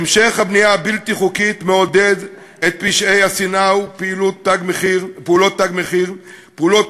המשך הבנייה הבלתי-חוקית מעודד את פשעי השנאה ופעולות "תג מחיר"; פעולות